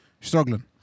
Struggling